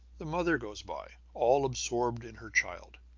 the mother goes by, all absorbed in her child.